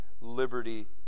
liberty